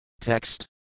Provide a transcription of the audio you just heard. Text